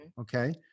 okay